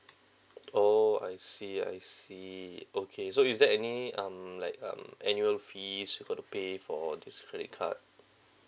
orh I see I see okay so is there any um like um annual fees you got to pay for this credit card